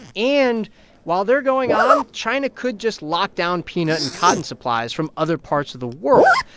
and while they're going on, china could just lock down peanut and cotton supplies from other parts of the world.